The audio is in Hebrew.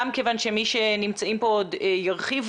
גם כיוון שמי שנמצאים פה עוד ירחיבו,